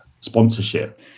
sponsorship